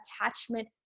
attachment